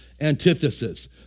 antithesis